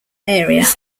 area